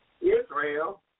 Israel